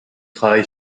travail